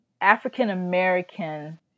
African-American